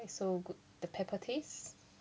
so good the pepper taste